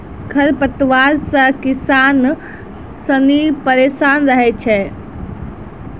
खरपतवार से किसान सनी परेशान रहै छै